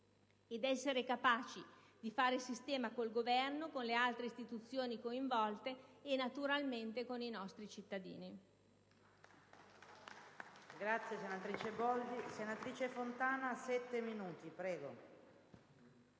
ed essere capaci di fare sistema con il Governo, con le altre istituzioni coinvolte e, naturalmente, con i nostri cittadini.